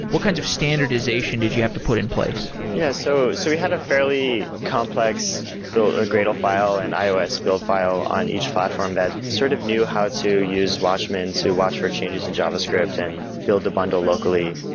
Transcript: what kinds of standardization did you have to put in place? yeah. so so we had a fairly complex build, a gradle file and ios build file on each platform that sort of knew how to use watchman to watch for changes in javascript and build the bundle locally.